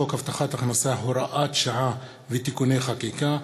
הבטחת הכנסה (הוראת שעה ותיקוני חקיקה),